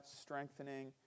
strengthening